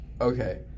Okay